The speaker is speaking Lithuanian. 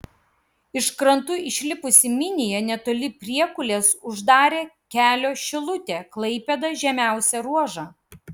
iš krantų išlipusi minija netoli priekulės uždarė kelio šilutė klaipėda žemiausią ruožą